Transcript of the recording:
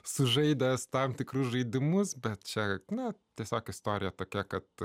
sužaidęs tam tikrus žaidimus bet čia na tiesiog istorija tokia kad